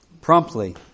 promptly